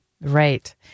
Right